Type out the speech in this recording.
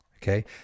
Okay